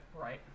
right